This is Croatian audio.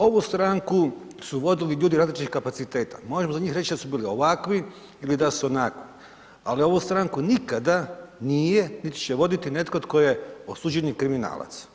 Ovu stranku su vodili ljudi različitih kapaciteta možemo za njih reći da su bili ovakvi ili da su onakvi, ali ovu stranku nikada nije niti će voditi netko tko je osuđeni kriminalac.